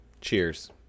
cheers